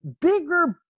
bigger